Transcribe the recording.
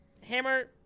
hammer